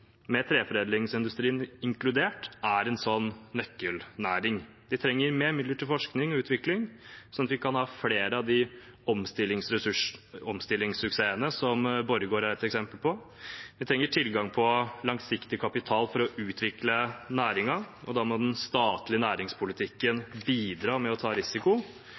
med treforedlingsindustrien inkludert, er en sånn nøkkelnæring. Vi trenger mer midler til forskning og utvikling, sånn at vi kan ha flere av de omstillingssuksessene som Borregaard er et eksempel på. Vi trenger tilgang på langsiktig kapital for å utvikle næringen, og da må den statlige næringspolitikken bidra med å ta risiko.